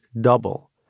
double